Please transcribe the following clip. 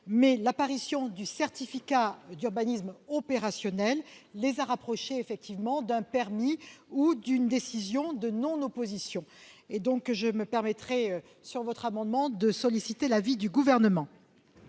Mais l'apparition du certificat d'urbanisme opérationnel les a rapprochés effectivement d'un permis ou d'une décision de non-opposition. Sur cet amendement, je sollicite l'avis du Gouvernement.